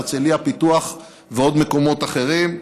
הרצליה פיתוח ועוד מקומות אחרים.